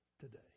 today